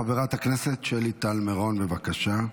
חברת הכנסת שלי טל מרון, בבקשה.